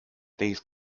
these